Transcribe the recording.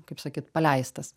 kaip sakyt paleistas